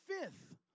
fifth